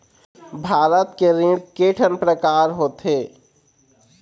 भारत के ऋण के ठन प्रकार होथे?